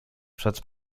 przed